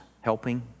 helping